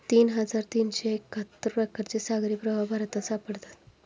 तीन हजार तीनशे एक्काहत्तर प्रकारचे सागरी प्रवाह भारतात सापडतात